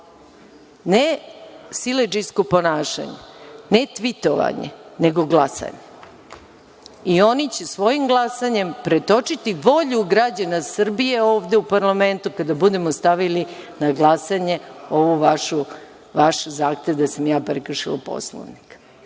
Ne siledžijsko ponašanje, ne tvitovanje, nego glasanje i oni će svojim glasanjem pretočiti volju građana Srbije ovde u parlamentu kada budemo stavili na glasanje ovaj vaš zahtev da sam ja prekršila Poslovnik. To